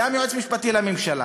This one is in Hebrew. גם היועץ המשפטי לממשלה,